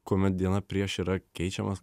kuomet dieną prieš yra keičiamas